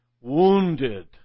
wounded